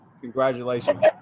congratulations